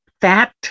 fat